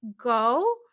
go